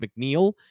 McNeil